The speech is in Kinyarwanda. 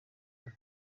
njya